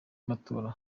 y’amatora